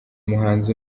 muhanzi